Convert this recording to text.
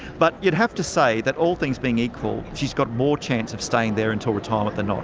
but you'd have to say that all things being equal she's got more chance of staying there until retirement than not.